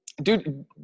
Dude